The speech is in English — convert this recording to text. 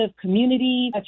community